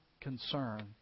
concern